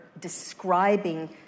describing